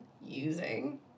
using